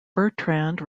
bertrand